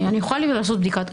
אני יכולה לעשות בדיקה.